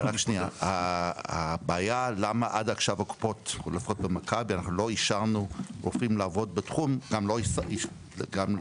שבגללה רופאים בקופות לפחות במכבי לא עבדו בתחום עד עכשיו,